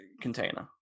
Container